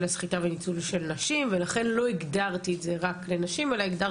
סחיטה וניצול של נשים ולכן לא הגדרתי את זה רק לנשים,